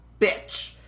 bitch